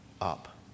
up